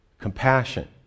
Compassion